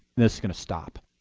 this is going to stop,